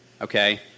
okay